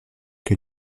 que